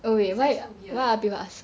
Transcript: that's why so weird